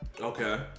Okay